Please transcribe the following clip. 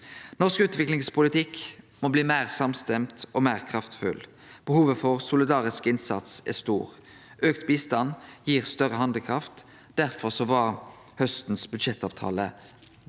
Norsk utviklingspolitikk må bli meir samstemt og meir kraftfull. Behovet for solidarisk innsats er stort. Auka bistand gir større handlekraft. Derfor var haustens budsjettavtale viktig.